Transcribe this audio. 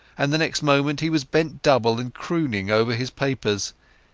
and the next moment he was bent double and crooning over his papers.